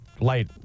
light